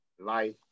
life